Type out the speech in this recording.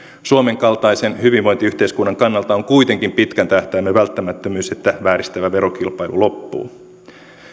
suomen kaltaisen hyvinvointiyhteiskunnan kannalta on kuitenkin pitkän tähtäimen välttämättömyys että vääristävä verokil pailu loppuu